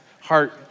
heart